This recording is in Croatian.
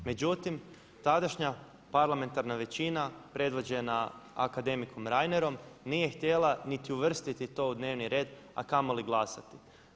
Međutim, tadašnja parlamentarna većina predvođena akademikom Reinerom nije htjela niti uvrstiti to u dnevni red, a kamoli glasati.